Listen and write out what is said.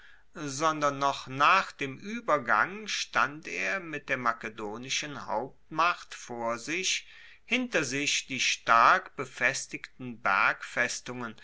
sondern noch nach dem uebergang stand er mit der makedonischen hauptmacht vor sich hinter sich die stark befestigten